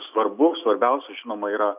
svarbu svarbiausia žinoma yra